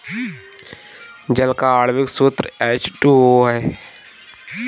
जल का आण्विक सूत्र एच टू ओ है